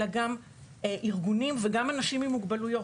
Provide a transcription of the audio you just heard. אלא גם ארגונים ואנשים עם מוגבלויות.